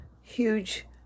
huge